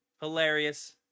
Hilarious